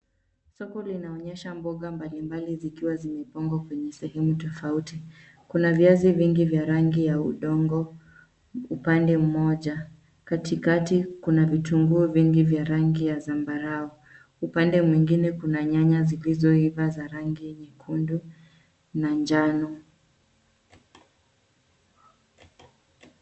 Soko linaonyesha mboga mbalimbali zikiwa zimepangwa kwenye sehemu tofauti. Kuna viazi vingi vya rangi ya udongo upande mmoja. Katikati kuna vitunguu vingi vya rangi ya zambarau. Upande mwingine kuna nyanya zilizoiva za rangi nyekundu na njano.